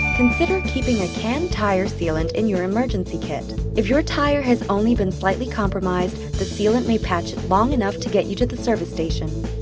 consider keeping a canned tire sealant in your emergency kit. if your tire has only been slightly compromised, the sealant may patch it long enough to get you to the service station.